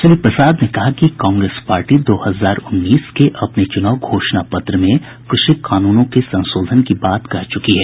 श्री प्रसाद ने कहा कि कांग्रेस पार्टी दो हजार उन्नीस के अपने चूनाव घोषणा पत्र में कृषि कानूनों के संशोधन की बात कह चुकी है